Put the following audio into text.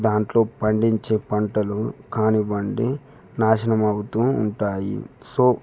దాంట్లో పండించే పంటలు కానివ్వండి నాశనం అవుతూ ఉంటాయి సొ